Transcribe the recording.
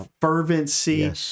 fervency